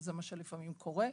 שזה מה שלפעמים קורה.